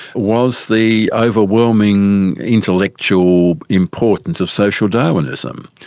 was the overwhelming intellectual importance of social darwinism.